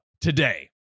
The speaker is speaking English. today